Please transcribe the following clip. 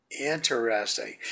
Interesting